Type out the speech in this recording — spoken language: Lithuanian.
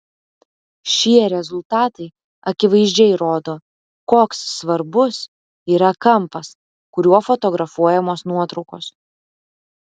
šie rezultatai akivaizdžiai rodo koks svarbus yra kampas kuriuo fotografuojamos nuotraukos